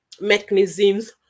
mechanisms